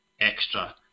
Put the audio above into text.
extra